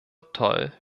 toll